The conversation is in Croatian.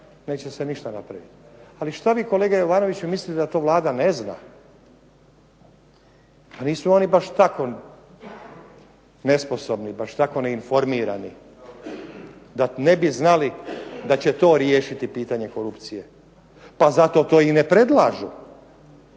neće se ništa napraviti. Ali šta vi kolega Jovanoviću mislite da to Vlada ne zna. A nisu oni baš tako nesposobno, baš tako neinformirani da ne bi znali da će to riješiti pitanje korupcije. Pa zato to i ne predlažu.